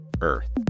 Earth